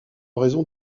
raison